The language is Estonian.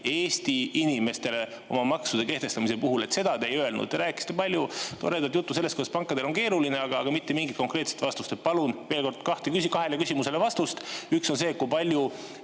Eesti inimestele maksude kehtestamise puhul – seda te ei öelnud. Te rääkisite palju toredat juttu sellest, kuidas pankadel on keeruline, aga mitte mingit konkreetset vastust. Palun veel kord kahele küsimusele vastust. Üks on see, et kui palju